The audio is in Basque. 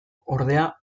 ordea